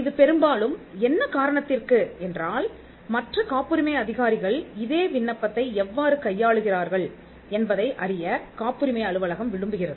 இது பெரும்பாலும் என்ன காரணத்திற்கு என்றால் மற்ற காப்புரிமை அதிகாரிகள் இதே விண்ணப்பத்தை எவ்வாறு கையாளுகிறார்கள் என்பதை அறிய காப்புரிமை அலுவலகம் விரும்புகிறது